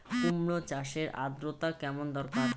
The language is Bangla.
কুমড়ো চাষের আর্দ্রতা কেমন দরকার?